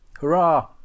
Hurrah